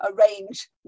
arrange